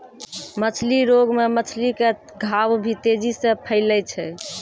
मछली रोग मे मछली के घाव भी तेजी से फैलै छै